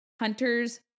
Hunters